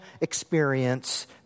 experience